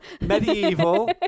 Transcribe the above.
Medieval